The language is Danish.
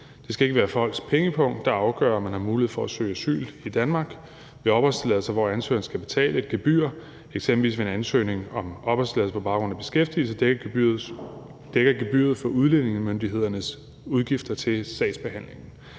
Det skal ikke være folks pengepung, der afgør, om man har mulighed for at søge asyl i Danmark. Ved opholdstilladelser, hvor ansøgeren skal betale et gebyr, eksempelvis ved en ansøgning om opholdstilladelse på baggrund af beskæftigelse, dækker gebyret for udlændingemyndighedernes udgifter til sagsbehandling.